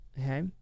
Okay